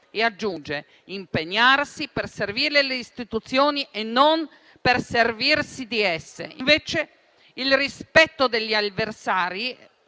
che occorre «impegnarsi per servire le istituzioni e non per servirsi di esse». Invece il rispetto degli avversari,